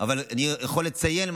אבל אני יכול לציין,